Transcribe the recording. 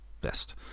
best